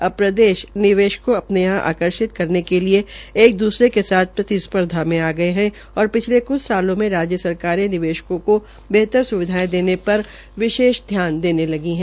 अब प्रदेश निवेश को अपने यहां थे पर आकर्षित करने के िलए एक दूसरे के साथ प्रतिस्पर्धा में आ गये है और पिछले कुछ सालों में राज्य सरकारें निवेशकों को बेहतर सुविधायें देने पर विशेष ध्यान देने लगी है